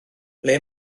ble